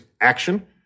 action